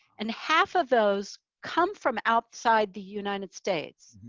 and half of those come from outside the united states.